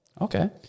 Okay